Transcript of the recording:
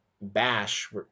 bash